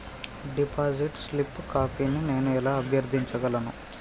Deposit slip కాపీని నేను ఎలా అభ్యర్థించగలను?